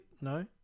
no